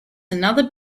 another